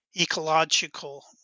ecological